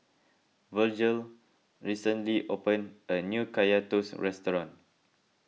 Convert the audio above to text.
Virgel recently opened a new Kaya Toast restaurant